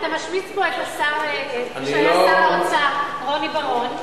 אתה משמיץ פה את מי שהיה שר האוצר, רוני בר-און.